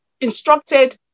instructed